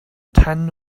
tan